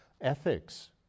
ethics